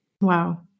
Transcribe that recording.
Wow